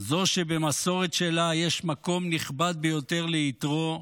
זו שבמסורת שלה יש מקום נכבד ביותר ליתרו,